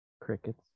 crickets